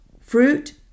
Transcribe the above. fruit